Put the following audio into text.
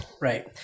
Right